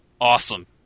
awesome